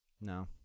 no